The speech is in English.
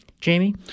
Jamie